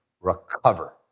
recover